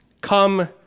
come